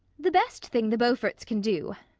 the best thing the beauforts can do,